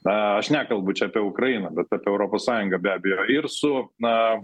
na aš nekalbu čia apie ukrainą bet apie europos sąjungą be abejo ir su na